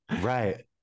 right